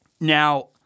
Now